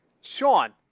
Sean